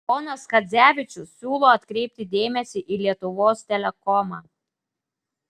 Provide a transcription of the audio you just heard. ponas chadzevičius siūlo atkreipti dėmesį į lietuvos telekomą